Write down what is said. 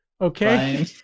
Okay